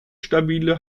stabile